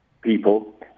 people